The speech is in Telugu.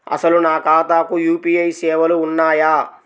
అసలు నా ఖాతాకు యూ.పీ.ఐ సేవలు ఉన్నాయా?